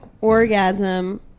orgasm